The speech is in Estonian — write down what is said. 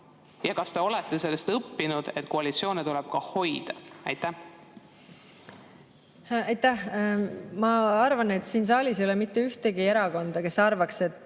Kas te olete sellest õppinud, et koalitsioone tuleb ka hoida? Aitäh! Ma arvan, et siin saalis ei ole mitte ühtegi erakonda, kes arvaks, et